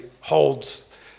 holds